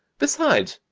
besides,